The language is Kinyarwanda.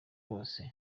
bose